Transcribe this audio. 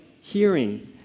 hearing